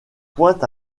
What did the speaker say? pointe